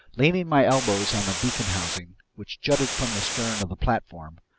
leaning my elbows on the beacon housing, which jutted from the stern of the platform,